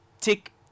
take